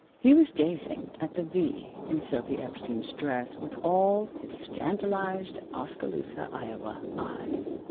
he was gazing at the v in sophy epstein's dress with all his scandalized oskaloosa, iowa, eyes.